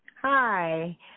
Hi